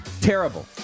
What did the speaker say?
Terrible